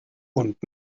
und